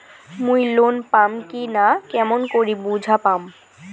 মুই লোন পাম কি না কেমন করি বুঝা পাম?